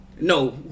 no